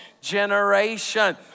generation